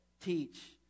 teach